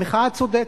המחאה צודקת.